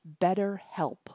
BetterHelp